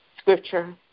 scripture